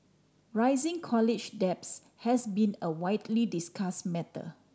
rising college debts has been a widely discuss matter